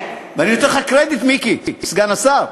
ואני נותן לך קרדיט, מיקי, סגן השר.